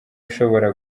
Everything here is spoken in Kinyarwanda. ushobora